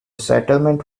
settlement